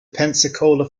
pensacola